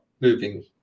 moving